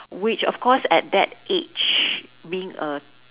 which of course at that age being a